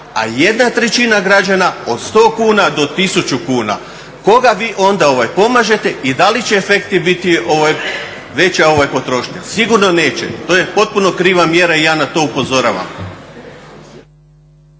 a jedna trećina građana od 100 kuna do 1000 kuna. Koga vi onda pomažete i da li će efekti biti, veća potrošnja? Sigurno neće. To je potpuno kriva mjera i ja na to upozoravam.